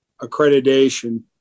accreditation